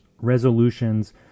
resolutions